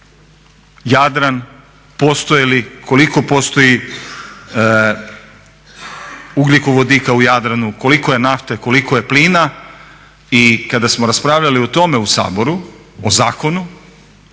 Jadran postoji li, koliko postoji ugljikovodika u Jadranu, koliko je nafte, koliko je plina i kada smo raspravljali o tome u Saboru o zakonu